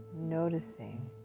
noticing